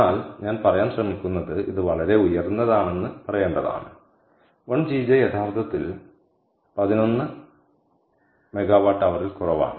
എന്നാൽ ഞാൻ പറയാൻ ശ്രമിക്കുന്നത് ഇത് വളരെ ഉയർന്നതാണെന്ന് പറയേണ്ടതാണ് 1GJ യഥാർത്ഥത്തിൽ 11 MWH ൽ കുറവാണ്